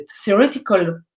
theoretical